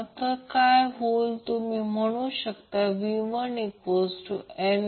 तर हे असे आहे 12 पॉवर फ्रिक्वेन्सीवर नेट रिअॅक्टन्स रेजिस्टन्सआहे